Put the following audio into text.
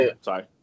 sorry